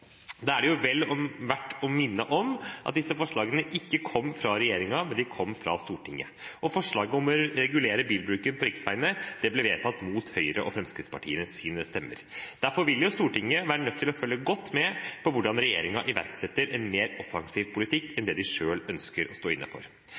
Da er det verdt å minne om at disse forslagene ikke kom fra regjeringen, de kom fra Stortinget, og forslaget om å regulere bilbruken på riksveiene ble vedtatt mot Høyres og Fremskrittspartiets stemmer. Derfor vil Stortinget være nødt til å følge godt med på hvordan regjeringen iverksetter en mer offensiv politikk enn det de selv ønsker å stå inne for.